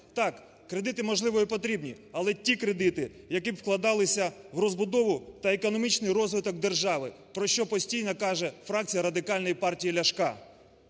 Так, кредити, можливо, і потрібні, але ті кредити, які б вкладалися в розбудову та економічний розвиток держави, про що постійно каже фракція Радикальної партії Ляшка.